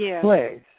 place